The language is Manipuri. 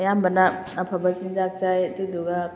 ꯑꯌꯥꯝꯕꯅ ꯑꯐꯕ ꯆꯤꯟꯖꯥꯛ ꯆꯥꯏ ꯑꯗꯨꯗꯨꯒ